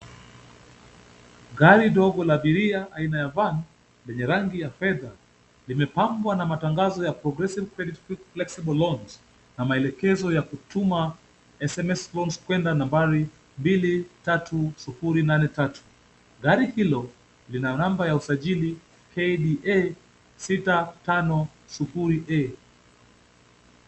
Gari dogo la abiria aina ya van lenye rangi ya fedha limepambwa na matangazo ya progressive credit quick flexible loans na maelekezo kutuma sms loans kuenda nambari 23083. Gari hilo lina namba ya usajili KDA 650A.